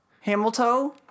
Hamilton